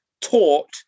taught